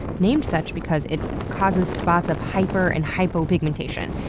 named such because it causes spots of hyper and hypo pigmentation,